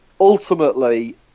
ultimately